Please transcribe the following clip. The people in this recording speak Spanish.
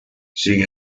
sin